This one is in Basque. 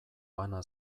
bana